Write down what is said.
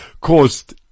caused